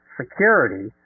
security